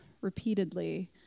repeatedly